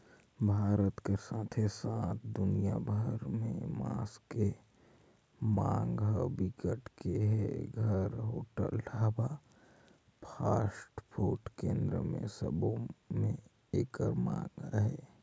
भारत कर साथे साथ दुनिया भर में मांस के मांग ह बिकट के हे, घर, होटल, ढाबा, फास्टफूड केन्द्र सबो में एकर मांग अहे